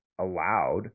allowed